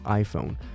iPhone 。